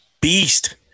beast